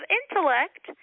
intellect